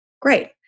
Great